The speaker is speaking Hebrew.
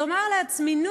ולומר לעצמי,